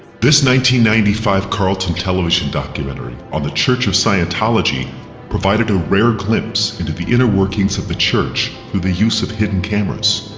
ninety ninety five carlton television documentary on the church of scientology provided a rare glimpse into the inner workings of the church through the use of hidden cameras.